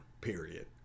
period